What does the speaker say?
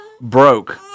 broke